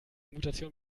mutation